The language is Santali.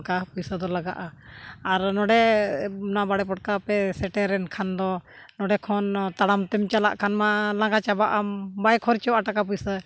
ᱚᱱᱠᱟ ᱯᱚᱭᱥᱟ ᱫᱚ ᱞᱟᱜᱟᱜᱼᱟ ᱟᱨ ᱱᱚᱸᱰᱮ ᱚᱱᱟ ᱵᱟᱲᱮ ᱯᱚᱴᱠᱟ ᱯᱮ ᱥᱮᱴᱮᱨ ᱮᱱᱠᱷᱟᱱ ᱫᱚ ᱱᱚᱸᱰᱮ ᱠᱷᱚᱱ ᱛᱟᱲᱟᱢ ᱛᱮᱢ ᱪᱟᱞᱟᱜ ᱠᱷᱟᱱ ᱢᱟ ᱞᱟᱸᱜᱟ ᱪᱟᱵᱟᱜ ᱟᱢ ᱵᱟᱭ ᱠᱷᱚᱨᱪᱚᱜᱼᱟ ᱴᱟᱠᱟ ᱯᱩᱭᱥᱟᱹ